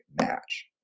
match